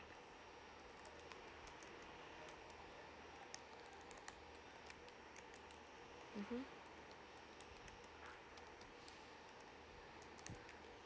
mmhmm